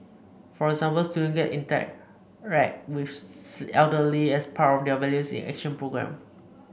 for example students get interact with the elderly as part of their Values in Action programme